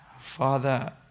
Father